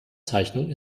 zeichnung